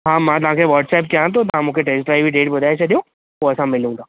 हा मां तव्हां खे व्हाटसप कयांव थो तव्हां मूंखे टेस्ट ड्राइव जी डेट ॿुधाए छॾियो पोइ असां मिलऊं था